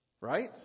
Right